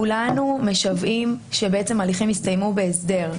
כולנו משוועים שבעצם ההליכים יסתיימו בהסדר.